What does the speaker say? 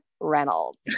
Reynolds